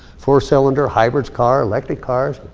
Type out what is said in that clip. four-cylinder hybrid cars, electric cars.